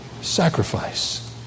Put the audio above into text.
sacrifice